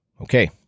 okay